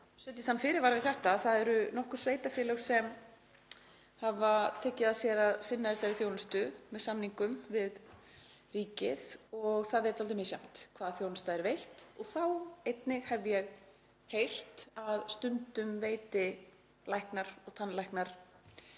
set ég þann fyrirvara við þetta að það eru nokkur sveitarfélög sem hafa tekið að sér að sinna þessari þjónustu með samningum við ríkið og það er dálítið misjafnt hvaða þjónusta er veitt. Þá hef ég einnig heyrt að stundum veiti læknar og tannlæknar